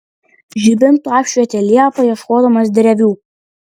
žibintu apšvietė liepą ieškodamas drevių